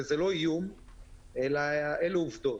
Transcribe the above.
זה לא איום אלא אלו עובדות.